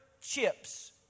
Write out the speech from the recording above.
chips